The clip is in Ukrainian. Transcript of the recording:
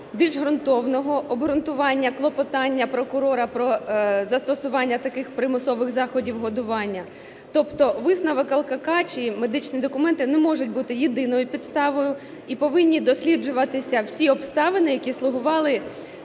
більш ґрунтовного обґрунтування клопотання прокурора про застосування таких примусових заходів годування. Тобто висновок ЛКК чи медичні документи не можуть бути єдиною підставою і повинні досліджуватися всі обставини, які слугували